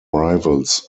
rivals